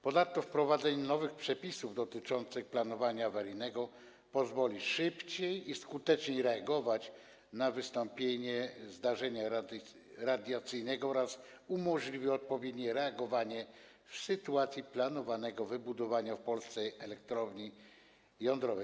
Ponadto wprowadzenie nowych przepisów dotyczących planowania awaryjnego pozwoli szybciej i skuteczniej reagować na wystąpienie zdarzenia radiacyjnego oraz umożliwi odpowiednie reagowanie w sytuacji planowanego wybudowania w Polsce elektrowni jądrowej.